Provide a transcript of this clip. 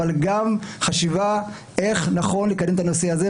אבל גם חשיבה איך נכון לקדם את הנושא הזה,